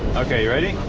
okay you ready?